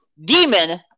demon